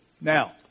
Now